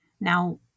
Now